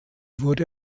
wurde